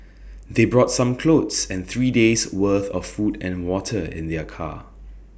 they brought some clothes and three days' worth of food and water in their car